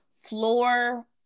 floor